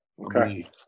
Okay